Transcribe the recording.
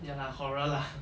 ya lah horror lah